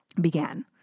began